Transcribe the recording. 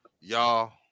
Y'all